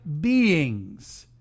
beings